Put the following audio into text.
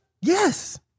Yes